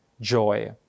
Joy